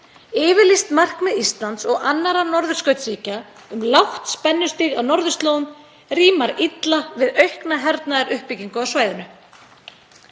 Yfirlýst markmið Íslands og annarra norðurskautsríkja um lágt spennustig á norðurslóðum rímar illa við aukna hernaðaruppbyggingu á svæðinu.